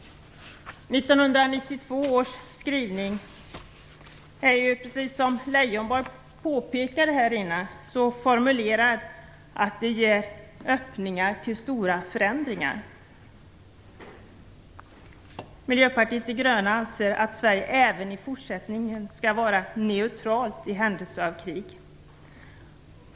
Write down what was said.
Precis som Lars Leijonborg påpekade ger 1992 års skrivning öppningar för stora förändringar. Miljöpartiet de gröna anser att Sverige även i fortsättningen skall vara neutralt i händelse av krig.